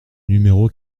numéro